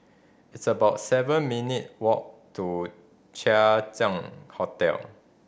it's about seven minute walk to Chang Ziang Hotel